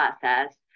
process